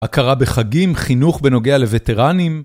הכרה בחגים, חינוך בנוגע לווטרנים